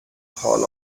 hall